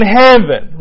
heaven